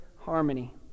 harmony